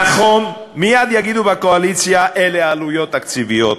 נכון, מייד יגידו בקואליציה: אלה עלויות תקציביות,